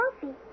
coffee